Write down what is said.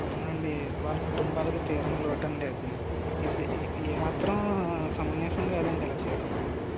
అవును అండి వాళ్ళ కుటుంబాలకి తీరని లోటు అండి అది ఈ ఈ ఏ మాత్రము సమంజసం కాదు అండి ఇలా చేయడం